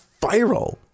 viral